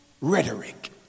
rhetoric